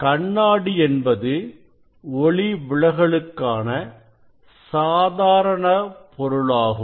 கண்ணாடி என்பது ஒளி விலகலுக்கான சாதாரண பொருளாகும்